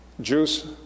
juice